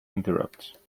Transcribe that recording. interrupts